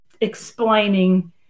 explaining